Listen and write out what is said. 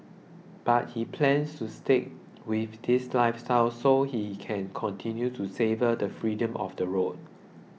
but he plans to stick with this lifestyle so he can continue to savour the freedom of the road